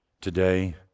today